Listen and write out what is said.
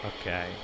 Okay